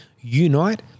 unite